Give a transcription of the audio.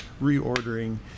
reordering